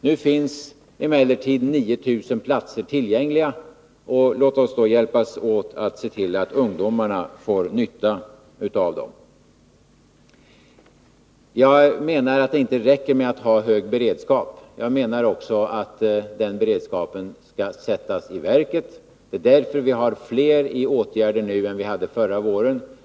Nu finns emellertid 9000 platser tillgängliga — låt oss hjälpas åt så att ungdomarna får nytta av dem. Det räcker inte med att ha en hög beredskap — beredskapen skall också sättas i verket. Därför har vi fler i åtgärder nu än vi hade förra våren.